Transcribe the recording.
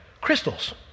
crystals